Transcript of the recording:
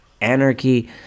anarchy